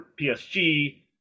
PSG